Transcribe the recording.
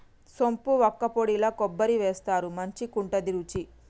సోంపు వక్కపొడిల కొబ్బరి వేస్తారు మంచికుంటది రుచి